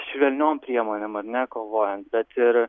švelniom priemonėm ar ne kovojant bet ir